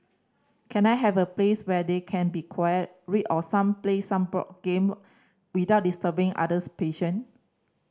can I have a place where they can be quiet read or some play some board game without disturbing others patient